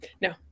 No